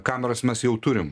kameras mes jau turim